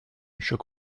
shook